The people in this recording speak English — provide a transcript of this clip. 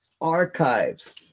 Archives